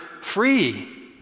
free